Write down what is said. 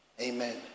amen